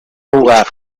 jugar